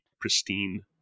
pristine